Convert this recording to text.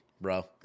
bro